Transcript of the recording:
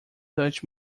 touch